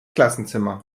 klassenzimmer